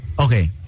Okay